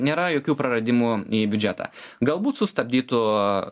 nėra jokių praradimų į biudžetą galbūt sustabdytų